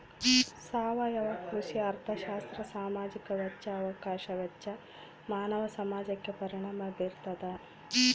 ಸಾವಯವ ಕೃಷಿ ಅರ್ಥಶಾಸ್ತ್ರ ಸಾಮಾಜಿಕ ವೆಚ್ಚ ಅವಕಾಶ ವೆಚ್ಚ ಮಾನವ ಸಮಾಜಕ್ಕೆ ಪರಿಣಾಮ ಬೀರ್ತಾದ